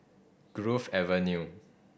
Grove Avenue